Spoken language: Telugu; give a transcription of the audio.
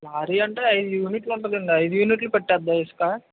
లారీ అంటే ఐదు యూనిట్లు ఉంటదండి అయిదు యూనిట్లు పట్టేద్దా ఇసుకా